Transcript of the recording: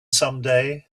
someday